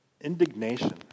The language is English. indignation